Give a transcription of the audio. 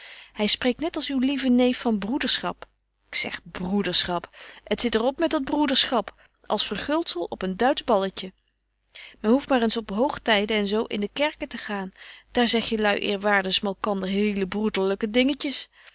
hy spreekt net als uw lieve neef van broederschap k zeg broederschap het zit er op met dat broederschap als verguldzel op een duits balletje men hoeft maar eens op hoogtyden en zo in de kerken te gaan daar zeg jelui eerwaardens malkander hele broederlyke dingetjes